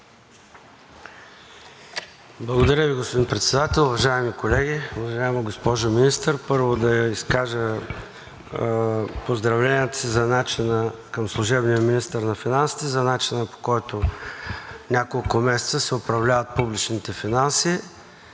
Благодаря Ви, господин Председател. Уважаеми колеги, уважаема госпожо Министър! Първо да изкажа поздравленията си към служебния министър на финансите за начина, по който няколко месеца се управляват публичните финанси